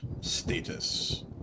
status